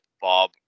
Bob